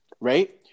right